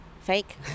fake